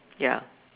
ya